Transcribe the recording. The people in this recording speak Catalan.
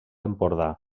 empordà